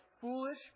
foolish